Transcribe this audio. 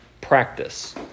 practice